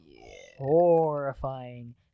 horrifying